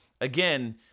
again